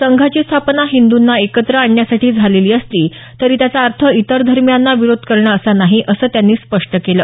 संघाची स्थापना हिंदुंना एकत्र आणण्यासाठी झालेली असली तरी त्याचा अर्थ इतर धर्मियांना विरोध करणं असा नाही असं त्यांनी स्पष्ट केलं